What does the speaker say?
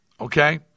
okay